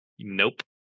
Nope